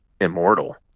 immortal